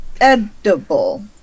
edible